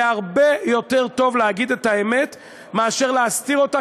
זה הרבה יותר טוב להגיד את האמת מאשר להסתיר אותה,